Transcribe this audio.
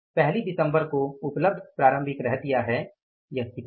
पहली दिसंबर को उपलब्ध प्रारंभिक रहतिया है यह कितना है